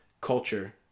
culture